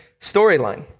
storyline